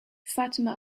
fatima